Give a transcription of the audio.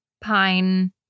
pine